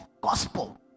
gospel